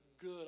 good